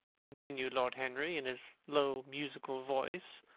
continued lord henry, in his low, musical voice,